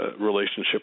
relationship